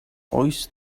hoist